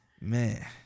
man